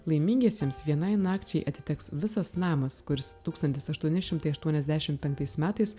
laimingiesiems vienai nakčiai atiteks visas namas kuris tūkstantis aštuoni šimtai aštuoniasdešim penktais metais